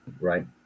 right